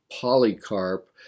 Polycarp